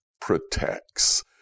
protects